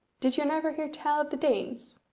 did you never hear tell of the danes?